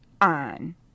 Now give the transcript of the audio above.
on